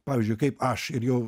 pavyzdžiui kaip aš ir jau